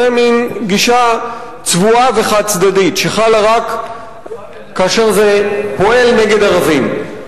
זו מין גישה צבועה וחד-צדדית שחלה רק כאשר זה פועל נגד ערבים.